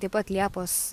taip pat liepos